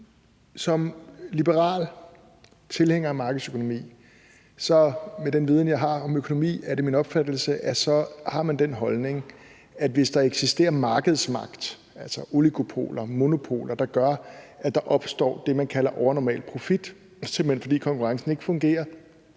som liberal tilhænger af markedsøkonomi har man den holdning, at hvis der eksisterer markedsmagt, altså oligopoler og monopoler, der gør, at der opstår det, man kalder overnormal profit, simpelt hen fordi konkurrencen ikke fungerer,